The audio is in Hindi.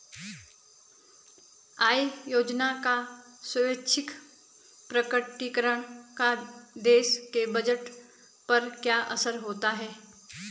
आय योजना का स्वैच्छिक प्रकटीकरण का देश के बजट पर क्या असर होता है?